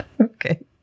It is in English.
Okay